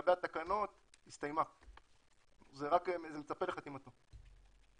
לגבי התקנות הסתיימה, זה מצפה לחתימתו.